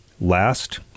last